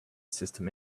system